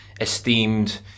Esteemed